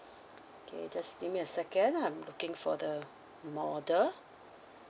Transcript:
K just give me a second I'm looking for the model